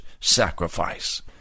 sacrifice